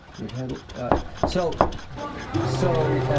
your handle so so